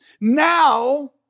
now